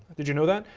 did you know that?